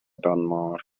دانمارک